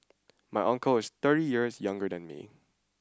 my uncle is thirty years younger than me